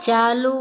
चालू